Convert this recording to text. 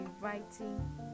writing